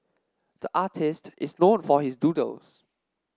the artist is known for his doodles